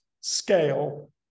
scale